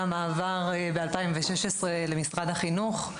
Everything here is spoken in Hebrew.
מהמעבר ב-2016 למשרד החינוך.